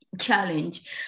challenge